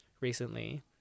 recently